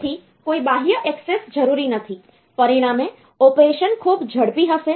તેથી કોઈ બાહ્ય ઍક્સેસ જરૂરી નથી પરિણામે ઑપરેશન ખૂબ ઝડપી હશે